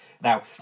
Now